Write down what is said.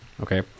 okay